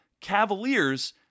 Cavaliers